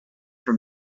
from